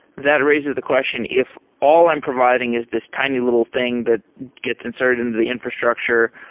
that raises the question if all i'm providing is this tiny little thing that gets inserted into the infrastructure,